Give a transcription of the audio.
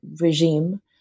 regime